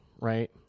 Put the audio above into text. right